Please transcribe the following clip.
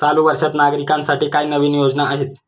चालू वर्षात नागरिकांसाठी काय नवीन योजना आहेत?